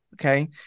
Okay